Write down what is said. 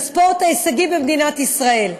החשובים ביותר לפיתוח של הספורט ההישגי במדינת ישראל.